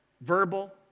verbal